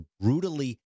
brutally